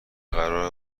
قرار